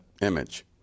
image